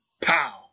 pow